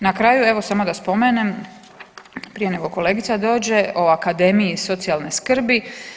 Na kraju evo samo da spomenem prije nego kolegica dođe o akademiji socijalne skrbi.